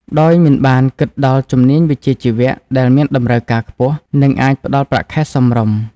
ដោយមិនបានគិតដល់ជំនាញវិជ្ជាជីវៈដែលមានតម្រូវការខ្ពស់ និងអាចផ្តល់ប្រាក់ខែសមរម្យ។